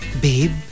babe